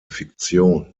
fiktion